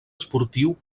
esportiu